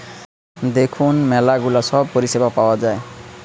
দেখুন ম্যালা গুলা সব পরিষেবা পাওয়া যায়